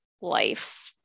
life